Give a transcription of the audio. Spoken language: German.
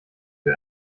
für